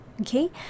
okay